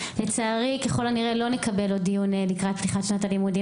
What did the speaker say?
לצערי ככל הנראה לא נקבל עוד דיון לקראת פתיחת שנת הלימודים,